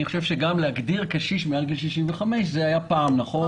אני חושב שגם להגדיר קשיש כאדם מעל גיל 65 זה היה פעם נכון.